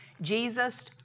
Jesus